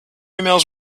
emails